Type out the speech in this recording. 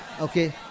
Okay